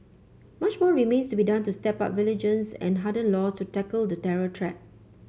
much more remains to be done to step up vigilance and harden laws to tackle the terror check